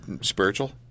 spiritual